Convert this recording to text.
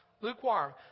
Lukewarm